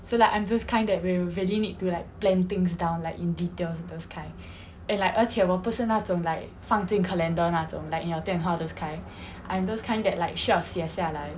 so like I'm those kind that will really need to like plan things down like in details those kind and like 而且我不是那种 like 放进 calendar 那种 like in your 电话 those kind I'm those kind that like 需要写下来